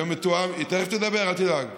יהיה מתואם, היא תכף תדבר, אל תדאג.